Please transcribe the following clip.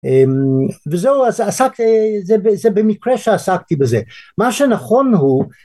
וזהו, אז עסקתי זה במקרה שעסקתי בזה מה שנכון הוא...